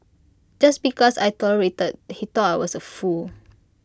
just because I tolerated he thought I was A fool